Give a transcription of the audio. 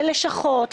ללשכות,